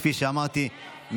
כפי שאמרתי,